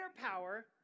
power